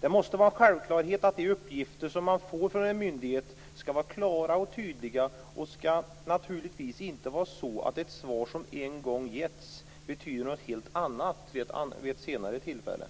Det måste vara en självklarhet att de uppgifter som man får från en myndighet skall vara klara och tydliga, och det skall naturligtvis inte vara så att ett svar som en gång getts betyder något helt annat vid ett senare tillfälle.